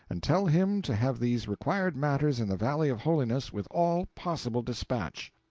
and tell him to have these required matters in the valley of holiness with all possible dispatch.